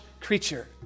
creature